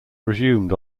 resumed